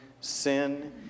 sin